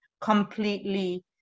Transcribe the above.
completely